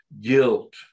guilt